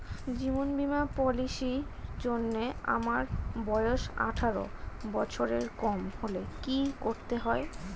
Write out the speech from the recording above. জীবন বীমা পলিসি র জন্যে আমার বয়স আঠারো বছরের কম হলে কি করতে হয়?